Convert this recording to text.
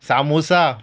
samosa